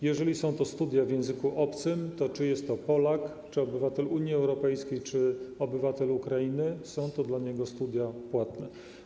Jeżeli są to studia w języku obcym, to czy jest to Polak, czy obywatel Unii Europejskiej, czy obywatel Ukrainy, są to dla niego studia płatne.